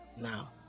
now